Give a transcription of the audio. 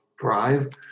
Drive